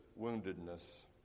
woundedness